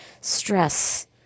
stress